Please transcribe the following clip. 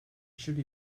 should